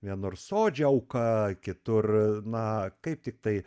vienur sodžiauka kitur na kaip tik tai